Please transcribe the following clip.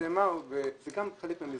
גם זה חלק מהמסגרת.